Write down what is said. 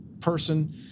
person